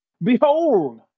Behold